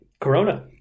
corona